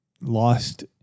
lost